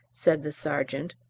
said the sergeant,